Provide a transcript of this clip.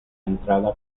entrada